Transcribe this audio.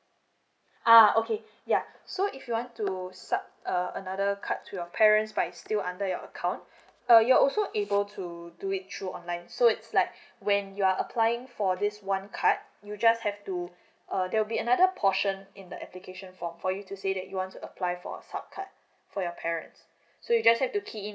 uh okay ya so if you want to sub uh another card to your parents but it's still under your account uh you also able to do it through online so it's like when you are applying for this one card you just have to uh there will be another portion in the application form for you to say that you want to apply for sub card for your parents so you just have to key in